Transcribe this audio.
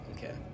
Okay